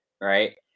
Right